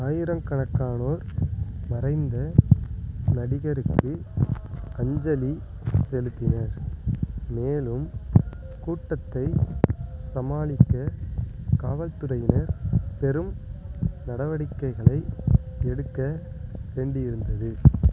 ஆயிரங்கணக்கானோர் மறைந்த நடிகருக்கு அஞ்சலி செலுத்தினர் மேலும் கூட்டத்தை சமாளிக்க காவல்துறையினர் பெரும் நடவடிக்கைகளை எடுக்க வேண்டியிருந்தது